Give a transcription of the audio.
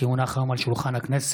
כי הונחו היום על שולחן הכנסת,